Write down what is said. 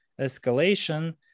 escalation